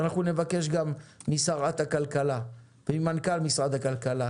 אנחנו נבקש גם משרת הכלכלה וממנכ"ל משרד הכלכלה,